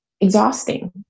exhausting